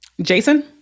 Jason